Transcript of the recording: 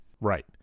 Right